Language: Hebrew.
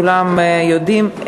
וכולם יודעים.